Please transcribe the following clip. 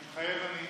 מתחייב אני